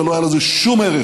ולא היה לזה שום ערך